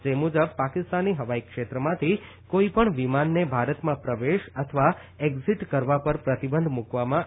જે મુજબ પાકિસ્તાની હવાઈ ક્ષેત્રમાંથી કોઈ પણ વિમાનને ભારતમાં પ્રવેશ અથવા એકઝીટ કરવા પર પ્રતિબંધ મુકવામાં આવ્ય હતા